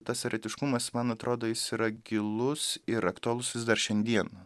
tas eretiškumas man atrodo jis yra gilus ir aktualus vis dar šiandieną